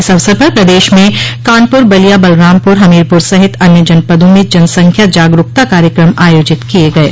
इस अवसर पर प्रदेश में कानपुर बलिया बलरामपुर हमीरपुर सहित अन्य जनपदों में जनसंख्या जागरूकता कार्यक्रम आयोजित किये गये